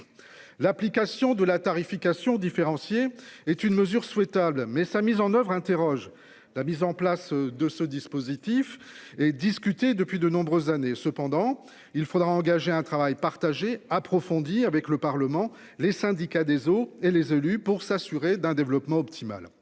L'application de la tarification différenciée est une mesure souhaitable mais sa mise en oeuvre interroge la mise en place de ce dispositif est discuté depuis de nombreuses années, cependant il faudra engager un travail partagé approfondi avec le Parlement, les syndicats des eaux et les élus pour s'assurer d'un développement optimal.